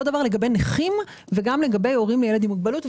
אותו הדבר לגבי נכים וגם לגבי הורים לילד עם מוגבלות.